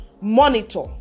monitor